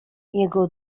jego